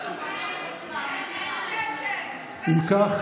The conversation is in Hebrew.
אם כך,